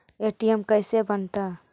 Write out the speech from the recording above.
ATM कैसे बनता?